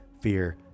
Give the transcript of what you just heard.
fear